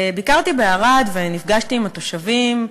ביקרתי בערד ונפגשתי עם התושבים,